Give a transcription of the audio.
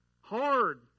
Hard